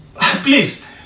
Please